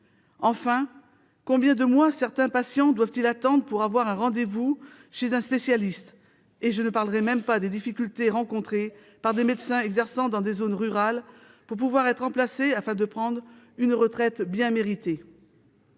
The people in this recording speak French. Enfin, combien de mois certains patients doivent-ils attendre pour avoir un rendez-vous chez un spécialiste ? Et je ne parlerai même pas des difficultés rencontrées par des médecins exerçant dans des zones rurales pour pouvoir être remplacés afin de prendre une retraite bien méritée